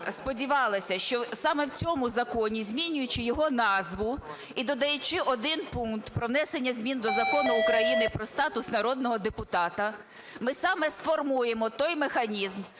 сподівалася, що саме в цьому законі, змінюючи його назву і додаючи один пункт про внесення змін до Закону України про статус народного депутата, ми саме сформуємо той механізм,